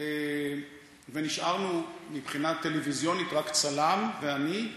ונשארנו מבחינה טלוויזיונית רק צלם ואני,